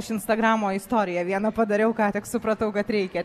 aš instagramo istoriją vieną padariau ką tik supratau kad reikia